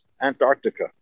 Antarctica